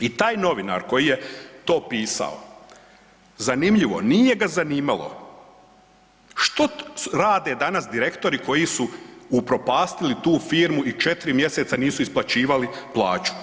I taj novinar koji je to pisao zanimljivo nije ga zanimalo što rade danas direktori koji su upropastili tu firmu i četiri mjeseca nisu isplaćivali plaću.